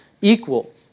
equal